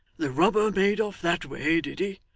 the robber made off that way, did he?